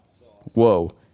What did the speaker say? Whoa